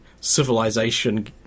civilization